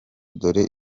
dore